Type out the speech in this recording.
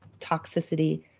toxicity